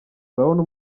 urabona